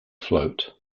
float